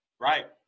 Right